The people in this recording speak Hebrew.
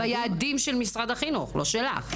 ביעדים של משרד החינוך, לא שלך.